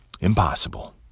Impossible